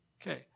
Okay